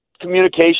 Communication